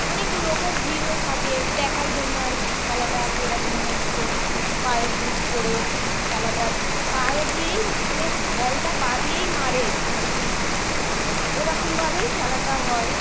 অনেক লোকের ভিড়ও থাকে দেখার জন্য আর কি খেলাটা কিরকম হচ্ছে পায়ে বুট পরে খেলাটা পা দিয়েই মানে বলটা পা দিয়েই মারে আর কি এরকমভাবেই খেলাটা হয়